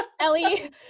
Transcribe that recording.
Ellie